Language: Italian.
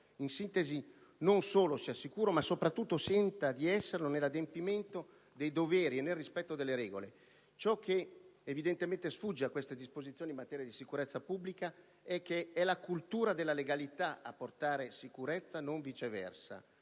in sintesi, non solo sia sicuro, ma soprattutto senta di esserlo, nell'adempimento dei doveri e nel rispetto delle regole. Ciò che evidentemente sfugge a queste «Disposizioni in materia di sicurezza pubblica» è che è la cultura della legalità a portare sicurezza, non viceversa.